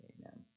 amen